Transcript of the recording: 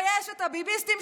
ויש את הביביסטים,